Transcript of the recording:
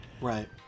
Right